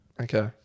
Okay